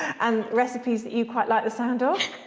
and recipes that you quite like the sound of